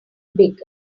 bacon